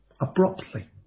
Abruptly